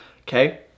okay